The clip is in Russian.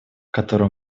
который